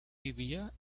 vivía